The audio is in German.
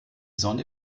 sonne